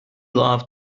love